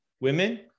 women